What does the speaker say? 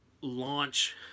launch